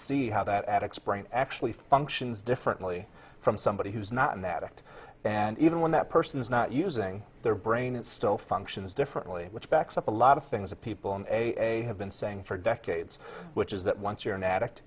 see how that addicks brain actually functions differently from somebody who's not in that act and even when that person is not using their brain it still functions differently which backs up a lot of things that people may have been saying for decades which is that once you're an addict